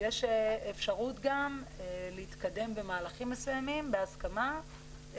יש אפשרות גם להתקדם במהלכים מסוימים בהסכמה,